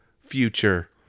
future